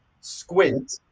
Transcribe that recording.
squint